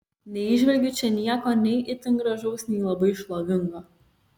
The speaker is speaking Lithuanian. neįžvelgiu čia nieko nei itin gražaus nei labai šlovingo